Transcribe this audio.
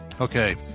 Okay